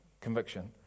conviction